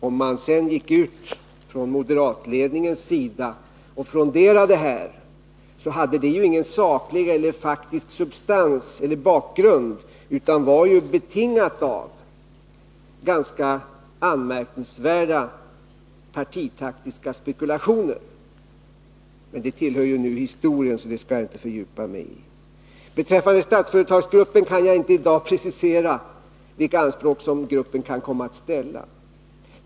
När man från moderatledningens sida fronderade, fanns det ju inga sakliga skäl utan det var betingat av ganska anmärkningsvärda partitaktiska spekulationer. Men detta tillhör nu historien, varför jag inte skall fördjupa mig i det. Beträffande Statsföretagsgruppen vill jag säga att jag i dag inte kan precisera vilka anspråk som gruppen kan komma att ställa.